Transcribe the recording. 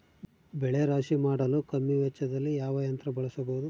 ಬೆಳೆ ರಾಶಿ ಮಾಡಲು ಕಮ್ಮಿ ವೆಚ್ಚದಲ್ಲಿ ಯಾವ ಯಂತ್ರ ಬಳಸಬಹುದು?